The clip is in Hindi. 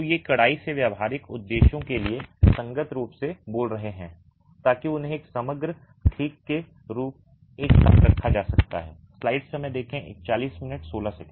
तो ये कड़ाई से व्यावहारिक उद्देश्यों के लिए संगत रूप से बोल रहे हैं ताकि उन्हें एक समग्र ठीक के रूप में एक साथ रखा जा सके